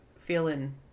feeling